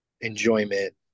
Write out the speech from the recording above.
enjoyment